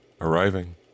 arriving